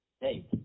Hey